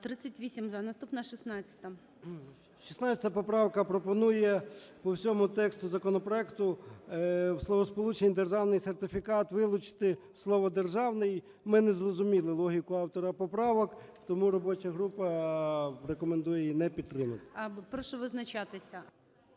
ЧЕРНЕНКО О.М. 16 поправка пропонує по всьому тексту законопроекту у словосполученні "державний сертифікат" вилучити слово "державний". Ми не зрозуміли логіку автора поправок, тому робоча група рекомендує її не підтримати. ГОЛОВУЮЧИЙ. Прошу визначатися.